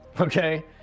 okay